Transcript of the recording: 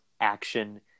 action